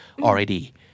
already